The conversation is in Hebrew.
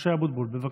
משה אבוטבול, בבקשה.